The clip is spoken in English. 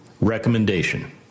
recommendation